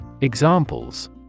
Examples